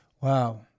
Wow